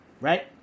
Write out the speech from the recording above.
right